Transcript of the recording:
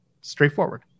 Straightforward